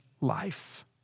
life